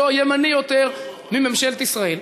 שלא ימני יותר מממשלת ישראל,